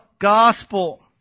gospel